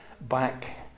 back